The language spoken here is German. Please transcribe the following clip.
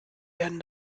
werden